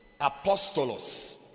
Apostolos